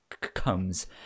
comes